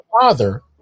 father